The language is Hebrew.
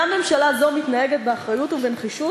גם ממשלה זו מתנהגת באחריות ובנחישות